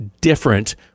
different